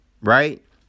right